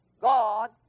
God